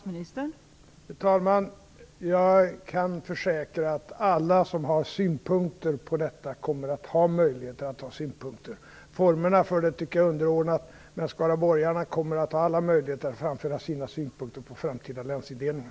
Fru talman! Jag kan försäkra att alla som har synpunkter på detta kommer att ha möjligheter att framföra dem. Jag tycker att formerna för detta är en underordnad fråga. Skaraborgarna kommer att ha alla möjligheter att framföra sina synpunkter på framtida länsindelningar.